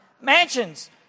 mansions